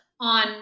on